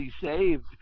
saved